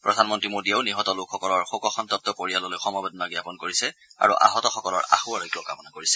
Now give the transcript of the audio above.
প্ৰধানমন্ত্ৰী মোদীয়েও নিহত লোকসকলৰ শোকসন্তপ্ত পৰিয়ালবৰ্গলৈ সমবেদনা জ্ঞাপন কৰিছে আৰু আহতসকলৰ আশু আৰোগ্য কামনা কৰিছে